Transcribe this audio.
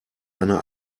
eine